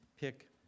pick